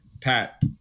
Pat